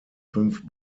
fünf